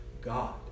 God